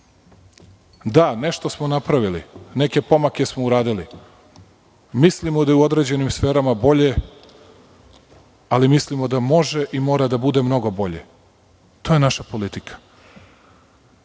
da, nešto smo napravili, neke pomake smo uradili. Mislimo da je u određenim sferama bolje, ali mislimo da može i mora da bude mnogo bolje. To je naša politika.